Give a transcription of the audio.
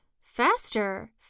Faster